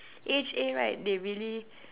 A_H_A right they really